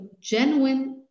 genuine